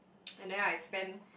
and then I spend